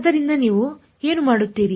ಆದ್ದರಿಂದ ನೀವು ಏನು ಮಾಡುತ್ತೀರಿ